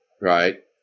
right